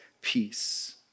peace